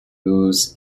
blues